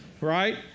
right